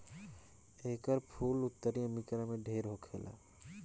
एकर फूल उत्तरी अमेरिका में ढेर होखेला